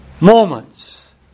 Moments